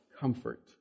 comfort